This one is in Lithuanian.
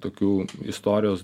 tokių istorijos